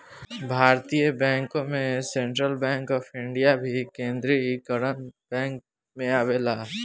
भारतीय बैंकों में सेंट्रल बैंक ऑफ इंडिया भी केन्द्रीकरण बैंक में आवेला